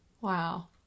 Wow